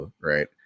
right